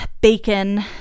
bacon